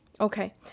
okay